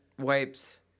wipes